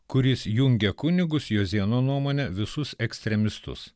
kuris jungė kunigus juozėno nuomone visus ekstremistus